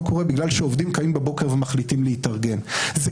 זה לא קורה בגלל שעובדים קמים בבוקר ומחליטים להתארגן אלא זה